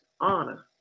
honor